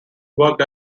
worked